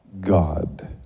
God